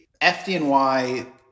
FDNY